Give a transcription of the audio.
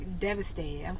devastated